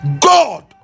God